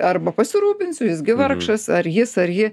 arba pasirūpinsiu jis gi vargšas ar jis ar ji